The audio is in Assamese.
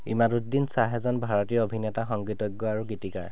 ইমাদুদ্দিন শ্বাহ এজন ভাৰতীয় অভিনেতা সংগীতজ্ঞ আৰু গীতিকাৰ